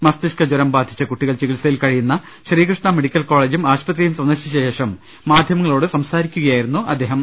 മസ്തിഷ്ക ജ്രം ബാധിച്ച കുട്ടി കൾ ചികിത്സയിൽ കഴിയുന്ന ശ്രീകൃഷ്ണ മെഡിക്കൽ കോളേജും ആശുപ ത്രിയും സന്ദർശിച്ചശേഷം മാധ്യമങ്ങളോട് സംസാരിക്കുകയായിരുന്നു അദ്ദേ ഹം